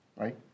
right